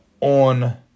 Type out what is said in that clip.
on